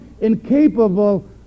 incapable